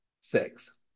Six